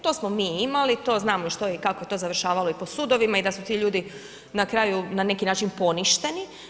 To smo mi imali, to znamo i što je i kako je to završavalo i po sudovima i da su ti ljudi na kraju na neki način poništeni.